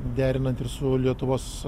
derinant ir su lietuvos